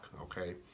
okay